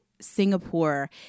singapore